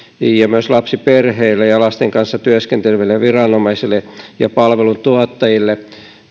ja myös lapsiperheille ja ja lasten kanssa työskenteleville viranomaisille ja palveluntuottajille